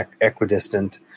equidistant